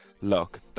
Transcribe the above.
Look